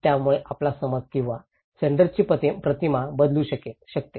यामुळे आपला समज किंवा सेण्डराची प्रतिमा बदलू शकते